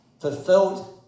fulfilled